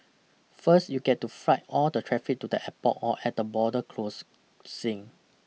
first you get to fright all the traffic to the airport or at the border cross sing